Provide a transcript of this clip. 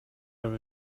their